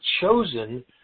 chosen